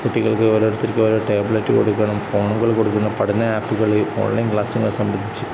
കുട്ടികൾക്ക് ഓരോരുത്തര്ക്കും ഓരോ ടാബ്ലറ്റ് കൊടുക്കണം ഫോണുകൾ കൊടുക്കണം പഠന ആപ്പുകള് ഓൺലൈൻ ക്ലാസ്സുകളെ സംബന്ധിച്ച്